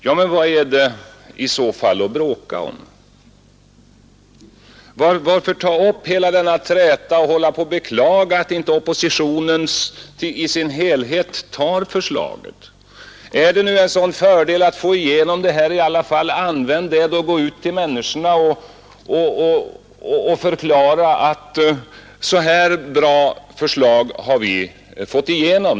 Ja, men vad är det i så fall att bråka om? Varför ta upp hela denna träta och hålla på att beklaga att inte oppositionen accepterar förslaget i dess helhet? Är det nu en sådan fördel att få igenom detta i alla fall, utnyttja det då och g ut till människorna och förklara, att så här bra förslag har vi fått igenom.